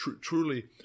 truly